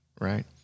right